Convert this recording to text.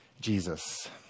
Jesus